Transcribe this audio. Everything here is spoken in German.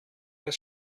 das